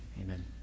Amen